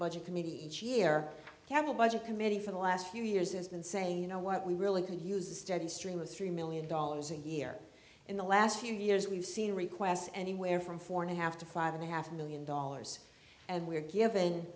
budget committee each year we have a budget committee for the last few years has been saying you know what we really can use a steady stream of three million dollars a year in the last few years we've seen requests anywhere from four and a half to five and a half million dollars and we're giv